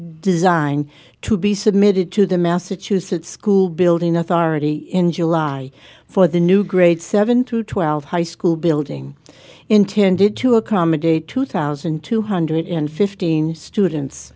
design to be submitted to the massachusetts school building authority in july for the new grade seven to twelve high school building intended to accommodate two thousand two hundred and fifteen students